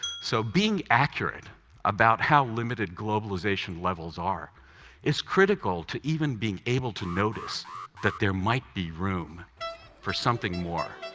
so being accurate about how limited globalization levels are is critical to even being able to notice that there might be room for something more,